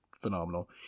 Phenomenal